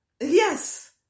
yes